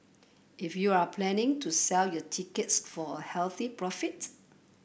if you're planning to sell your tickets for a healthy profit